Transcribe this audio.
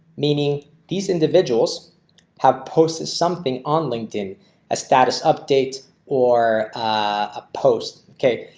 meaning these individuals have posted something on linkedin as status updates or ah post. okay.